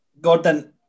Gordon